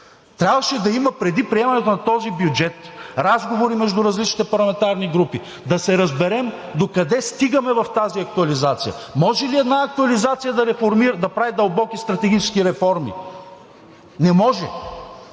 Трябваше преди приемането на този бюджет да има разговори между различните парламентарни групи, да се разберем докъде стигаме в тази актуализация. Може ли една актуализация да прави дълбоки стратегически реформи? Не може.